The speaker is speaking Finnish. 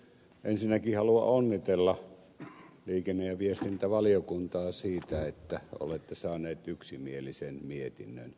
ensinnäkin haluan onnitella liikenne ja viestintävaliokuntaa siitä että olette saaneet yksimielisen mietinnön